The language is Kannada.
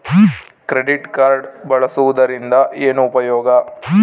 ಕ್ರೆಡಿಟ್ ಕಾರ್ಡ್ ಬಳಸುವದರಿಂದ ಏನು ಉಪಯೋಗ?